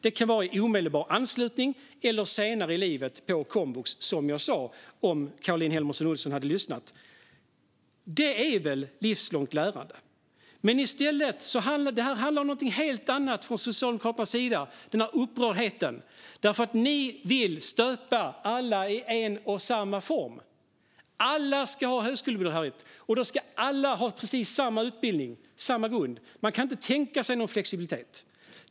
Det kan vara i omedelbar anslutning eller senare i livet på komvux, som Caroline Helmersson Olsson hade hört att jag sa om hon lyssnat. Det är väl livslångt lärande? Upprördheten från Socialdemokraternas sida handlar om någonting helt annat. Ni vill stöpa alla i en och samma form. Alla ska ha högskolebehörighet, och då ska alla ha precis samma utbildning och grund. Man kan inte tänka sig någon flexibilitet.